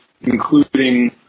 including